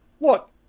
look